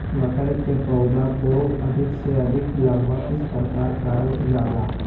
मटर के पौधा को अधिक से अधिक लंबा किस प्रकार कारण जाला?